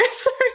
sorry